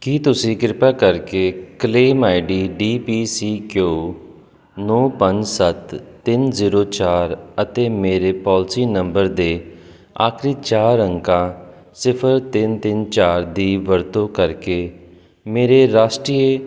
ਕੀ ਤੁਸੀਂ ਕਿਰਪਾ ਕਰਕੇ claim ID D P C Q ਨੌਂ ਪੰਜ ਸੱਤ ਤਿੰਨ ਜੀਰੋ ਚਾਰ ਅਤੇ ਮੇਰੇ ਪਾਲਿਸੀ ਨੰਬਰ ਦੇ ਆਖਰੀ ਚਾਰ ਅੰਕਾਂ ਸਿਫਰ ਤਿੰਨ ਤਿੰਨ ਚਾਰ ਦੀ ਵਰਤੋਂ ਕਰਕੇ ਮੇਰੇ ਰਾਸ਼ਟਰੀ